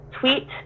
tweet